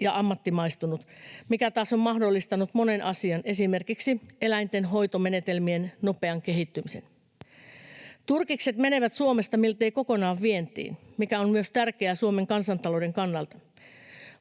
ja ammattimaistunut, mikä taas on mahdollistanut monen asian, esimerkiksi eläinten hoitomenetelmien, nopean kehittymisen. Turkikset menevät Suomesta miltei kokonaan vientiin, mikä on myös tärkeää Suomen kansantalouden kannalta.